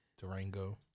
Durango